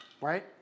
right